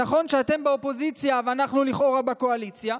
נכון שאתם באופוזיציה ואנחנו לכאורה בקואליציה,